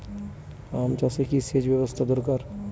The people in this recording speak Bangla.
আম চাষে কি সেচ ব্যবস্থা দরকার?